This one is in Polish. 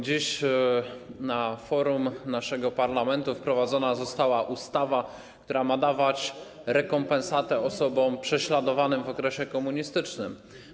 Dziś na forum naszego parlamentu wprowadzona została ustawa, która ma dawać rekompensatę osobom prześladowanym w okresie komunistycznym.